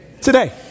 Today